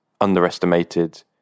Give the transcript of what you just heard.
underestimated